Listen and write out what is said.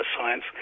science